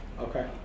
Okay